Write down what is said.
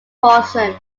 propulsion